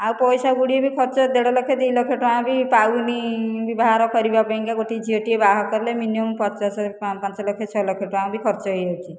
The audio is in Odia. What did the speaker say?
ଆଉ ପଇସା ଗୁଡ଼ିଏ ବି ଖର୍ଚ୍ଚ ଦେଢ଼ ଲକ୍ଷ ଦୁଇ ଲକ୍ଷ ଟଙ୍କା ବି ପାଉନି ବିଭାଘର କରିବା ପାଇଁକା ଗୋଟିଏ ଝିଅଟିଏ ବାହା କଲେ ମିନିମମ ପଚାଶ ପାଞ୍ଚ ଲକ୍ଷ ଛଅ ଲକ୍ଷ ଟଙ୍କା ବି ଖର୍ଚ୍ଚ ହୋଇଯାଉଛି